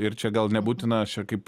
ir čia gal nebūtina aš čia kaip